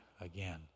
again